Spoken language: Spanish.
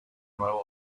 nuevo